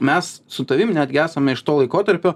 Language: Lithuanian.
mes su tavim netgi esame iš to laikotarpio